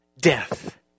Death